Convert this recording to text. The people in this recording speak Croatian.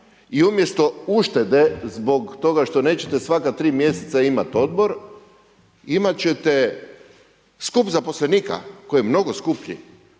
i umjesto uštede zbog toga što nećete svaka 3 mj. imati odbor imati ćete skup zaposlenika koji je mnogo skuplji.